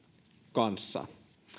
kanssa